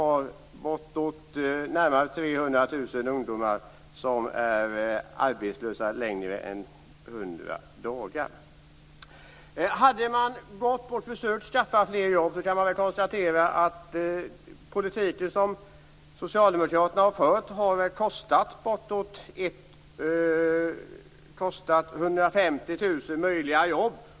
Närmare 300 000 ungdomar har varit arbetslösa längre än 100 dagar. Den politik som Socialdemokraterna har fört har kostat ca 150 000 möjliga jobb.